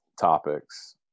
topics